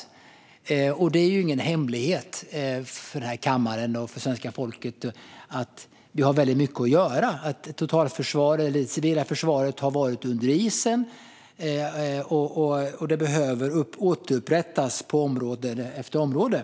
Det är ju ingen hemlighet för kammaren och svenska folket att vi har väldigt mycket att göra. Det civila försvaret har varit under isen och behöver återupprättas på område efter område.